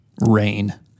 rain